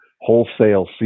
Wholesale